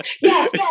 Yes